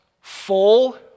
Full